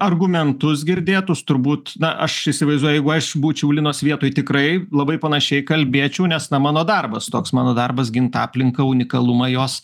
argumentus girdėtus turbūt na aš įsivaizduoju jeigu aš būčiau linos vietoj tikrai labai panašiai kalbėčiau nes mano darbas toks mano darbas gint aplinką unikalumą jos